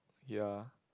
ya